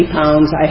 pounds